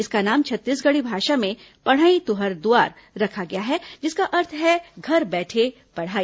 इसका नाम छत्तीसगढ़ी भाषा में पढ़ई तुंहर दुआर रखा गया है जिसका अर्थ हैं घर बैठे पढ़ाई